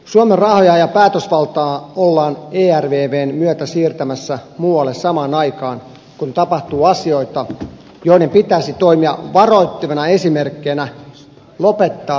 suomen rahoja ja päätösvaltaa ollaan ervvn myötä siirtämässä muualle saman aikaan kun tapahtuu asioita joiden pitäisi toimia varoittavina esimerkkeinä lopettaa hätäily